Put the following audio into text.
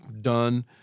done